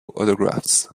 autographs